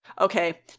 okay